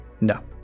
No